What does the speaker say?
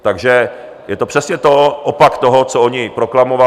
Takže je to přesně opak toho, co oni proklamovali.